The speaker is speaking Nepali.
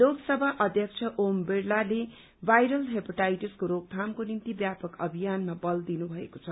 लोकसभा अध्यक्ष ओम बिड़लाले भाइरल हेपाटाइटिसको रोकथामको निम्ति व्यापक अभियानमा बल दिनु भएको छ